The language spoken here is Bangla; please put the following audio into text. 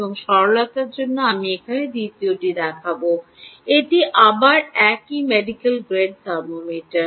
এবং সরলতার জন্য আমি এখানে দ্বিতীয়টি দেখাব এটি 2 এটি আবার একই মেডিকেল গ্রেড থার্মো মিটার